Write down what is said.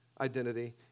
identity